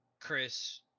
chris